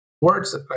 Words